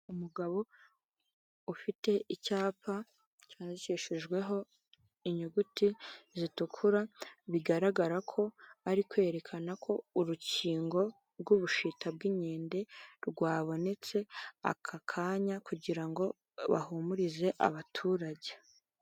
Umugabo ufite icyapa cyandikishijweho inyuguti zitukura, bigaragara ko ari kwerekana ko urukingo rw'ubushita bw'inkende rwabonetse aka kanya kugira ngo bahumurize abaturage.